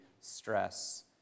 stress